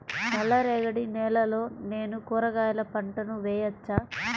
నల్ల రేగడి నేలలో నేను కూరగాయల పంటను వేయచ్చా?